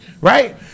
right